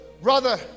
brother